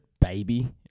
baby